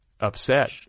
upset